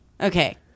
okay